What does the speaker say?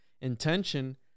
intention